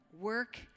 work